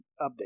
update